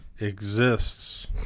exists